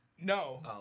No